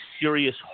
serious